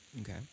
Okay